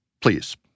please